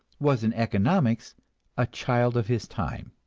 was in economics a child of his time.